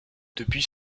depuis